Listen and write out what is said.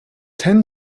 ten